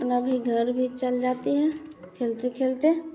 अपना भी घर भी चल जाती है खेलते खेलते